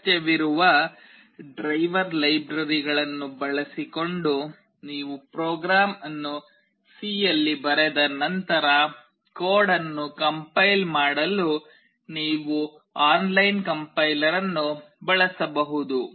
ಅಗತ್ಯವಿರುವ ಡ್ರೈವರ್ ಲೈಬ್ರರಿಗಳನ್ನು ಬಳಸಿಕೊಂಡು ನೀವು ಪ್ರೋಗ್ರಾಂ ಅನ್ನು ಸಿ ಯಲ್ಲಿ ಬರೆದ ನಂತರ ಕೋಡ್ ಅನ್ನು ಕಂಪೈಲ್ ಮಾಡಲು ನೀವು ಆನ್ಲೈನ್ ಕಂಪೈಲರ್ ಅನ್ನು ಬಳಸಬಹುದು